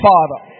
Father